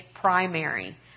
primary